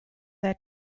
their